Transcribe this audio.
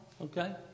Okay